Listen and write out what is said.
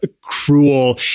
cruel